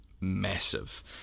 massive